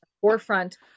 forefront